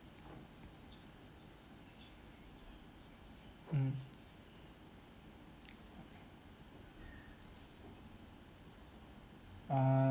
mm ah